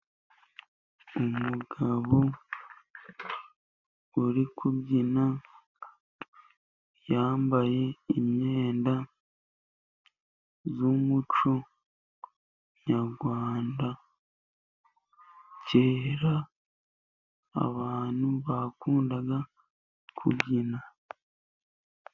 Umugabo uri kubyina yambaye imyenda y'umuco nyarwanda. Kera abantu bakundaga kubyina.